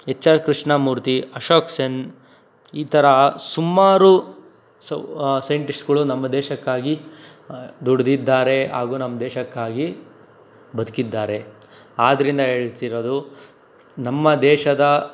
H R Krishnamurthy Ashok Sen ಈ ಥರ ಸುಮಾರು ಸೊವ್ ಸೈಂಟಿಸ್ಟ್ಗಳು ನಮ್ಮ ದೇಶಕ್ಕಾಗಿ ದುಡಿದಿದ್ದಾರೆ ಹಾಗೂ ನಮ್ಮ ದೇಶಕ್ಕಾಗಿ ಬದುಕಿದ್ದಾರೆ ಆದ್ದರಿಂದ ಹೇಳ್ತಿರೋದು ನಮ್ಮ ದೇಶದ